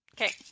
Okay